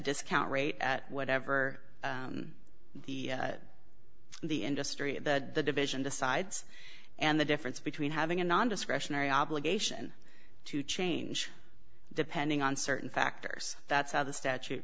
discount rate at whatever the industry and that the division decides and the difference between having a non discretionary obligation to change depending on certain factors that's how the statute